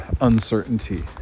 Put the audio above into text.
uncertainty